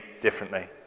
differently